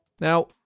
Now